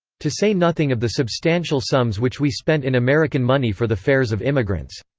to say nothing of the substantial sums which we spent in american money for the fares of immigrants.